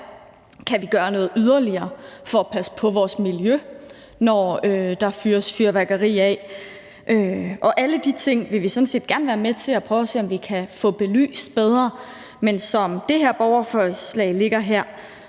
kan gøre noget yderligere for at passe på vores miljø, når der fyres fyrværkeri af. Og alle de ting vil vi sådan set gerne være med til at prøve at se om vi kan få belyst bedre. Men som det her borgerforslag ligger her,